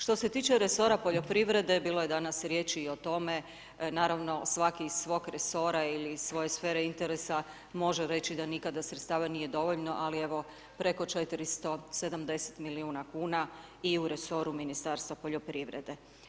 Što se tiče resora poljoprivrede, bilo je danas riječi i o tome, naravno, svaki iz svog resora ili iz svoje sfere interesa, može reći da nikada sredstava nije dovoljno, ali evo preko 470 milijuna kn i u resoru Ministarstvoa poljoprivrede.